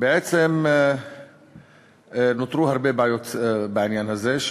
בעצם נותרו הרבה בעיות בעניין הזה,